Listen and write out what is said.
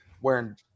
wearing